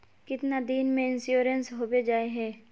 कीतना दिन में इंश्योरेंस होबे जाए है?